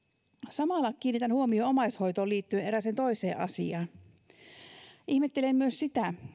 samalla kiinnitän huomiota omaishoitoon liittyen erääseen toiseen asiaan ihmettelen myös sitä